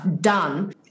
done